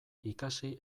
ikasi